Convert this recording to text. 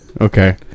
Okay